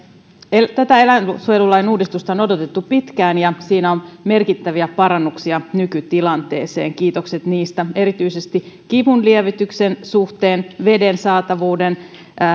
tätä eläinsuojelulain uudistusta on odotettu pitkään ja siinä on merkittäviä parannuksia nykytilanteeseen kiitokset niistä erityisesti kivunlievityksen suhteen veden saatavuuden